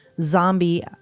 zombie